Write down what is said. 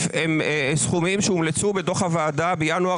הם סכומים שהומלצו בדוח הוועדה בינואר